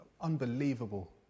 Unbelievable